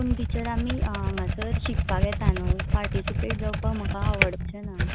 पूण टिचर आमी हांगासर शिकपाक येता न्हू पार्टिसिपेट जावपाक म्हाका आवडचें ना